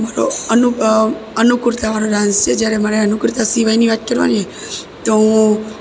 મારો અનુકૂળતાવાળો ડાન્સ છે જ્યારે મારે અનુકૂળતા સિવાયની વાત કરવાની હોય તો હું